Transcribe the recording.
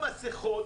מסכות.